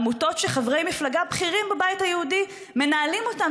עמותות שחברי מפלגה בכירים בבית היהודי מנהלים אותן,